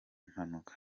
mpanuka